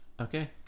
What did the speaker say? Okay